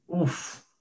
Oof